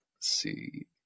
see